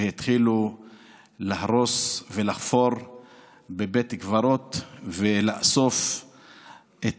והתחילו להרוס ולחפור בבית הקברות ולאסוף את